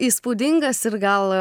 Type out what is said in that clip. įspūdingas ir gal